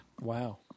Wow